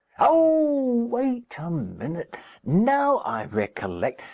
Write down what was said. oh, wait a minute now i recollect.